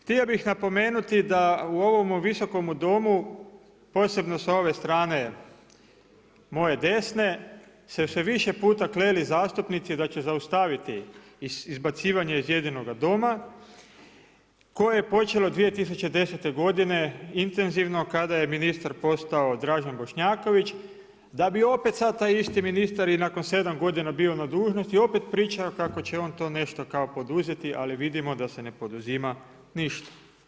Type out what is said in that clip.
Htio bih napomenuti da u ovome Visokom domu posebno sa ove strane moje desne, su se više puta kleli zastupnici da će zaustaviti izbacivanje iz njezinoga doma koje je počelo 2010. godine intenzivno kada je ministar postao Dražen Bošnjaković da bi opet sada taj isti ministar nakon sedam godina bio na dužnosti i opet priča kako će on to kao nešto poduzeti, ali vidimo da se ne poduzima ništa.